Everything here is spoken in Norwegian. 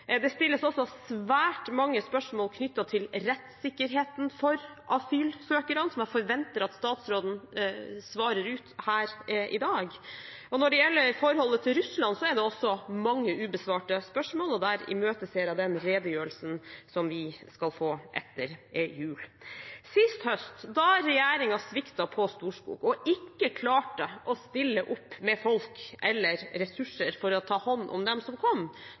Det stilles også svært mange spørsmål knyttet til rettssikkerheten for asylsøkerne, som jeg forventer at statsråden svarer ut her i dag. Når det gjelder forholdet til Russland, er det også mange ubesvarte spørsmål, og der imøteser jeg denne redegjørelsen som vi skal få etter jul. Sist høst, da regjeringen sviktet på Storskog og ikke klarte å stille opp med folk eller ressurser for å ta hånd om dem som kom,